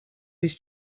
his